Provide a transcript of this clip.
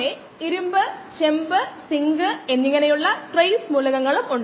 ഇത് ഇപ്പോഴും വ്യക്തമല്ലെങ്കിൽ പല വിദ്യാർത്ഥികളും ഇത് മനസിലാക്കാൻ കുറച്ച് സമയമെടുക്കുന്നു